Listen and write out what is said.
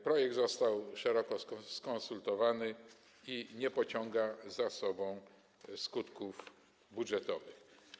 Projekt został szeroko skonsultowany i nie pociąga za sobą skutków budżetowych.